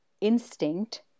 instinct